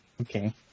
okay